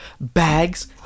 bags